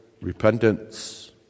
repentance